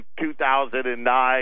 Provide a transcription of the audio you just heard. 2009